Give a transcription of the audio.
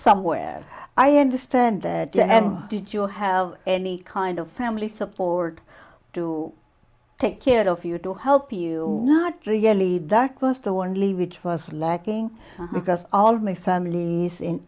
somewhere i understand that and did you have any kind of family support to take care of you to help you not really dark was the only which was lacking because all my family is in